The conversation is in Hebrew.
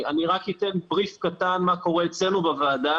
אני אומר מה קורה אצלנו בוועדה,